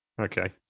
okay